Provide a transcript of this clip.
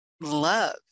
love